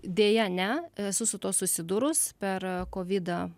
deja ne esu su tuo susidurus per kovidą